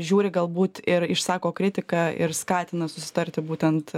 žiūri galbūt ir išsako kritiką ir skatina susitarti būtent